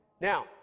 Now